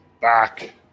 Back